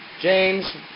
James